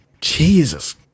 Jesus